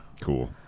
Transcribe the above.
Cool